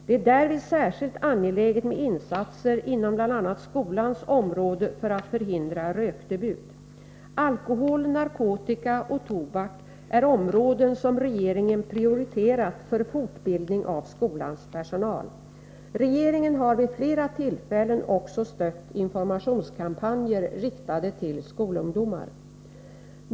Det är därvid särskilt angeläget med insatser inom bl.a. skolans område för att förhindra rökdebut. Alkohol, narkotika och tobak är områden som regeringen prioriterat för fortbildning av skolans personal. Regeringen har vid flera tillfällen också stött informationskampanjer riktade till skolungdomar.